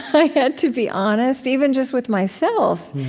i had to be honest, even just with myself,